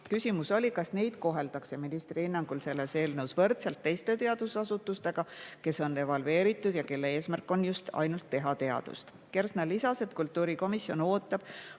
Küsimus oli, kas neid koheldakse ministri hinnangul selles eelnõus võrdselt teiste teadusasutustega, kes on evalveeritud ja kelle eesmärk on just ainult teha teadust. Kersna lisas, et kultuurikomisjon ootab